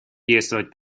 действовать